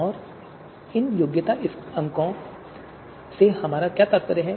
और इन योग्यता अंकों से हमारा क्या तात्पर्य है